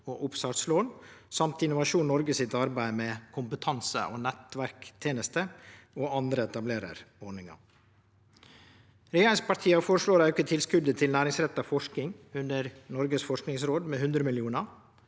og oppstartslån og Innovasjon Noreg sitt arbeid med kompetanse- og nettverkstenester og andre etablerarordningar. Regjeringspartia føreslår å auke tilskotet til næringsretta forsking under Noregs forskingsråd med 100 mill. kr.